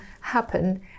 happen